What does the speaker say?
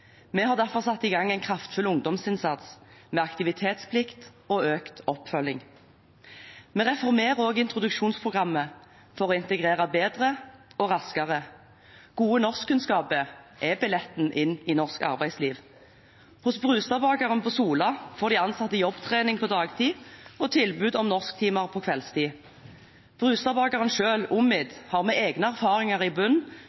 Vi har derfor satt i gang en kraftfull ungdomsinnsats med aktivitetsplikt og økt oppfølging. Vi reformerer også introduksjonsprogrammet for å integrere bedre og raskere. Gode norskkunnskaper er billetten inn i norsk arbeidsliv. Hos Brustadbakeren på Sola får de ansatte jobbtrening på dagtid og tilbud om norsktimer på kveldstid. Brustadbakeren selv, Umid, har med egne erfaringer i